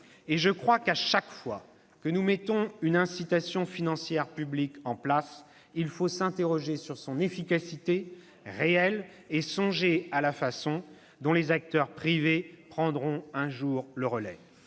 Et je crois qu'à chaque fois que nous mettons une incitation financière publique en place, il faut s'interroger sur son efficacité réelle ... C'est vrai !... et songer à la façon dont les acteurs privés prendront un jour le relais.